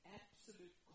absolute